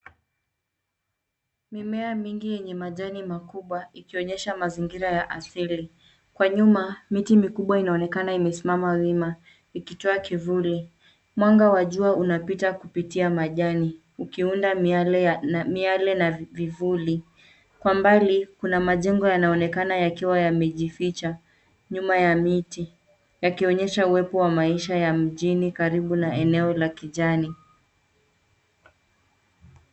Mimea mingi yenye majani makubwa ikionyesha mazingira ya asili. Kwa nyuma miti mikubwa inaonekana imesimama wima ikitoa kivuli. Mwanga wa jua unapita kupitia majani, ukiunda miale na vivuli. Kwa mbali kuna majengo yanaonekana yakiwa yamejificha nyuma ya miti, yakionyesha uwepo wa maisha ya mjini karibu na eneo la kijani.